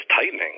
tightening